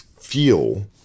feel